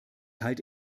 halte